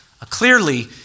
Clearly